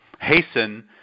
hasten